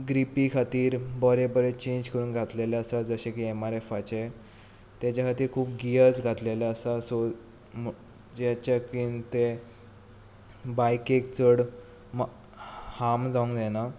grippy खातीर बरे बरे चेंज करून घातिल्ले आसात जशें की एम एफ एराचे ताजे खातीर खूब गियर्स घातिल्ले आसात सो जांचेकीन ते बायकेक चड हार्म जावंक जायना